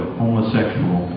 homosexual